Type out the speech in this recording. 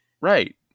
Right